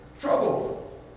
trouble